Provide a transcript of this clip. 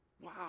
Wow